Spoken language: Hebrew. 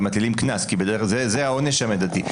זה העונש המידתי.